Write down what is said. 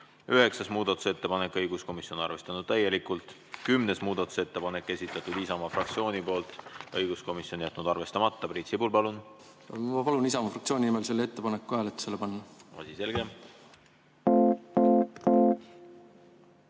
Üheksas muudatusettepanek, õiguskomisjon, arvestatud täielikult. Kümnes muudatusettepanek, esitanud Isamaa fraktsioon, õiguskomisjon on jätnud arvestamata. Priit Sibul, palun! Ma palun Isamaa fraktsiooni nimel selle ettepaneku hääletusele panna. Asi selge.